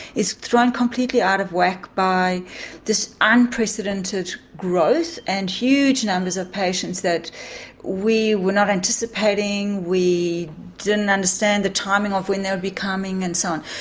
is thrown completely out of whack by this unprecedented growth and huge numbers of patients that we were not anticipating, we didn't understand the timing of when they would be coming, and so on.